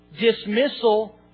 dismissal